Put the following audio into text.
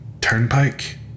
turnpike